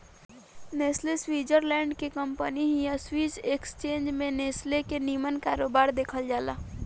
Nestle Switzerland के company हिय Swiss exchange में नेस्ले के निमन कारोबार देखल जाला